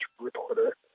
reporter